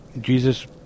Jesus